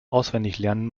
auswendiglernen